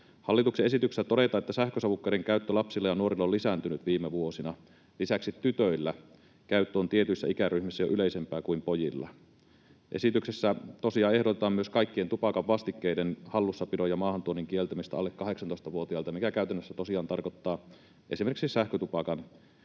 Hallituksen esityksessä todetaan, että sähkösavukkeiden käyttö lapsilla ja nuorilla on lisääntynyt viime vuosina. Lisäksi tytöillä käyttö on tietyissä ikäryhmissä jo yleisempää kuin pojilla. Esityksessä tosiaan ehdotetaan myös kaikkien tupakan vastikkeiden hallussapidon ja maahantuonnin kieltämistä alle 18-vuotiailta, mikä käytännössä tosiaan tarkoittaa esimerkiksi sähkötupakan